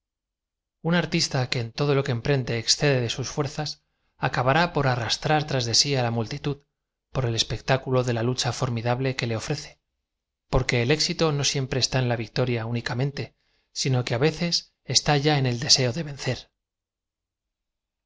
un artista que en todo lo que emprende excede de sus fuerzas acabará por arrastrar tras si á la multi tud por el espectáculo de la lucha formidable que le ofrece porque el éxito no siempre está en la victoria nicamente sino que á veces está y a en el deseo de vencer